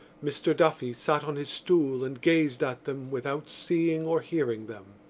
mr. duffy sat on his stool and gazed at them, without seeing or hearing them.